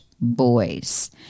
boys